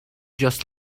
just